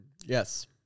Yes